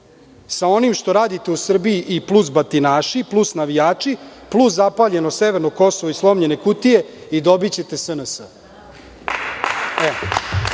sa onim što radite u Srbiji, plus batinaši, plus navijači, plus zapaljeno severno Kosovo i slomljene kutije i dobićete SNS.Da